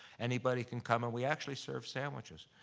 anybody can come, and we actually serve sandwiches.